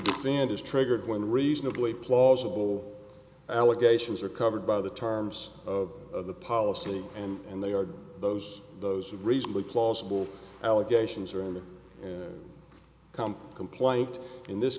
defend is triggered when reasonably plausible allegations are covered by the terms of the policy and they are those those reasonably plausible allegations or in the comp complaint in this